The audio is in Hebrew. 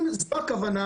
אם זו הכוונה,